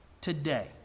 today